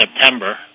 September